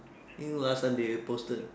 I think last time they posted